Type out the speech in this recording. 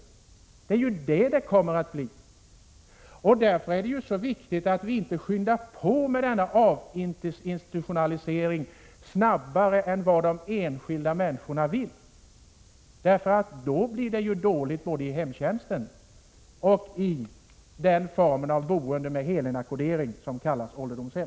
Ja, det är just vad det kommer att bli, och därför är det så viktigt att vi inte skyndar på med denna avinstitutionalisering snabbare än vad de enskilda människorna vill. Då blir det ju dåligt både i hemtjänsten och i den form av boende med helinackordering som kallas ålderdomshem.